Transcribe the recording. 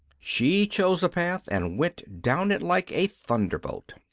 she chose a path, and went down it like a thunderbolt.